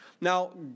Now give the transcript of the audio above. Now